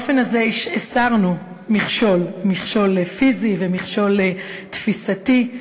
באופן הזה הסרנו מכשול, מכשול פיזי ומכשול תפיסתי.